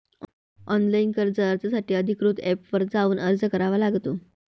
online कर्ज अर्जासाठी अधिकृत एपवर जाऊन अर्ज करावा लागतो